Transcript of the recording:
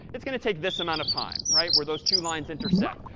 it's going to take this amount of time, right? where those two lines intersect.